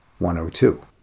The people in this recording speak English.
102